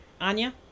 Anya